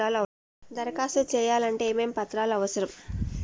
దరఖాస్తు చేయాలంటే ఏమేమి పత్రాలు అవసరం?